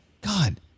God